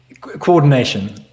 coordination